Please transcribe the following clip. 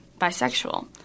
bisexual